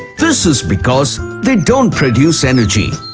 this is because they don't produce energy,